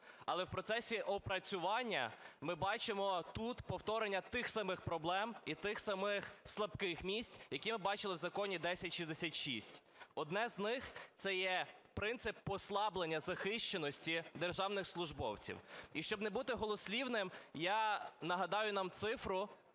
але в процесі опрацювання ми бачимо тут повторення тих самих проблем і тих самих слабких місць, які ми бачили в Законі 1066. Одне з них – це є принцип послаблення захищеності державних службовців. І щоб не бути голослівним, я нагадаю нам цифру,